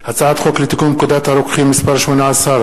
הצעת חוק לתיקון פקודת הרוקחים (מס' 18),